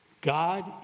God